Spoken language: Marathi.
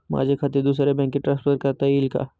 माझे खाते दुसऱ्या बँकेत ट्रान्सफर करता येईल का?